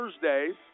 Thursday